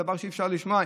זה דבר שאי-אפשר לשמוע,